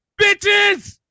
bitches